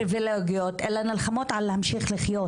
פריווילגיות אלא נלחמות על להמשיך לחיות.